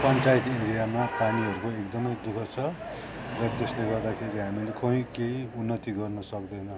पञ्चायत एरियामा पानीहरूको एकदमै दुःख छ र त्यसले गर्दाखेरि हामी खै केही उन्नति गर्न सक्दैन